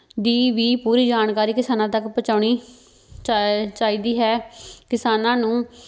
ਦੀ ਵੀ ਪੂਰੀ ਜਾਣਕਾਰੀ ਕਿਸਾਨਾਂ ਤੱਕ ਪਹੁੰਚਾਉਣੀ ਚਾਹ ਚਾਹੀਦੀ ਹੈ ਕਿਸਾਨਾਂ ਨੂੰ